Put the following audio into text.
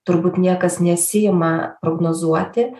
turbūt niekas nesiima prognozuoti